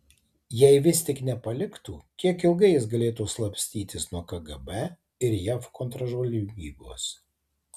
jei vis tik nepaliktų kiek ilgai jis galėtų slapstytis nuo kgb ir jav kontržvalgybos